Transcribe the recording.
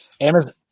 Amazon